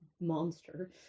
monster